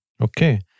Okay